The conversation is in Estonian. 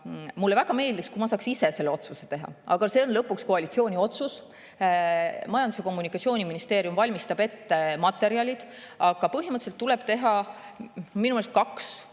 Mulle väga meeldiks, kui ma saaksin ise selle otsuse teha, aga see on lõpuks koalitsiooni otsus. Majandus‑ ja Kommunikatsiooniministeerium valmistab ette materjalid, aga põhimõtteliselt tuleb minu arust teha